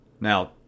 Now